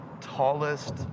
tallest